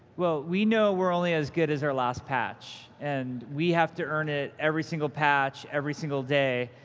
well, we know we're only as good as our last patch, and we have to earn it every single patch, every single day.